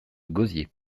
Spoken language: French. gosier